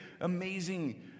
amazing